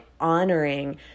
honoring